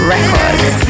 Records